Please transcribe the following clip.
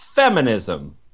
Feminism